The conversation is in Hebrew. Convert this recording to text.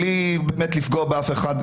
בלי לפגוע באף אחד,